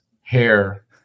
hair